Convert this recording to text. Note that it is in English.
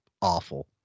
awful